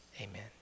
Amen